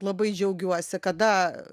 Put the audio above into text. labai džiaugiuosi kada